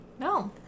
No